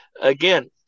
again